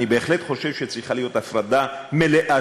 אני בהחלט חושב שצריכה להיות הפרדה מלאה